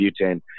butane